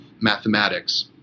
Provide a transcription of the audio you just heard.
mathematics